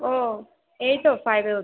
ও এই তো ফাইভে উঠলো